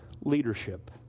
leadership